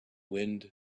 wind